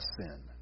sin